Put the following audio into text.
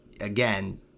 again